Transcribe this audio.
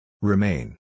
Remain